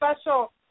special